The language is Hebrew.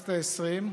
בכנסת העשרים.